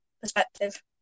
perspective